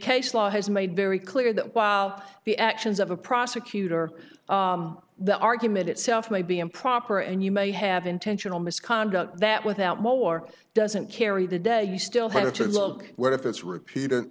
case law has made very clear that while the actions of a prosecutor the argument itself may be improper and you may have intentional misconduct that without more doesn't carry the day you still have to look what if it's repeated